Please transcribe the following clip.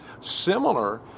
similar